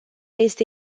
este